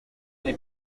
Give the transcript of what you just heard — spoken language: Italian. nei